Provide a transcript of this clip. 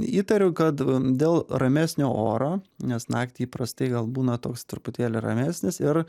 įtariu kad dėl ramesnio oro nes naktį įprastai gal būna toks truputėlį ramesnis ir